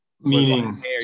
Meaning